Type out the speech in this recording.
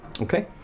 Okay